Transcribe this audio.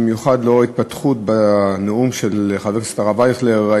במיוחד לאור ההתפתחות בנאום של חבר הכנסת הרב אייכלר,